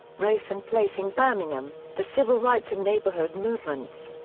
race and place in birmingham the civil rights and neighborhood movements.